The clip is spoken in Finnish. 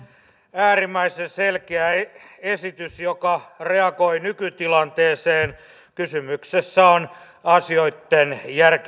äärimmäisen selkeä esitys joka reagoi nykytilanteeseen kysymyksessä on asioitten